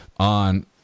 on